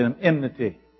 enmity